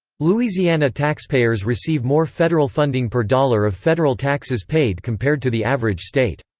louisiana taxpayers receive more federal funding per dollar of federal taxes paid compared to the average state.